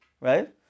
right